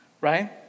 right